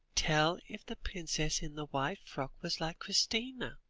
tell if the princess in the white frock was like christina.